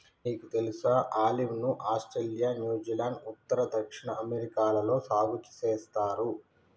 నీకు తెలుసా ఆలివ్ ను ఆస్ట్రేలియా, న్యూజిలాండ్, ఉత్తర, దక్షిణ అమెరికాలలో సాగు సేస్తారు